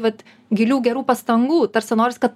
vat gilių gerų pastangų tarsi noris kad